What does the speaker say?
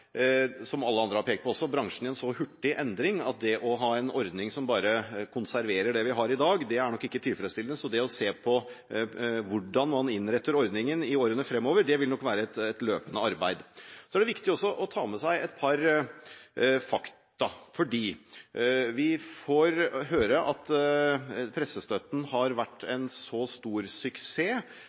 som alle andre har pekt på også – i en så hurtig endring at det å ha en ordning som bare konserverer det vi har i dag, nok ikke er tilfredsstillende. Det å se på hvordan man innretter ordningen i årene fremover, vil nok være et løpende arbeid. Det er viktig også å ta med seg et par fakta. Vi får høre at pressestøtten har vært en så stor suksess